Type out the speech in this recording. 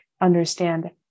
understand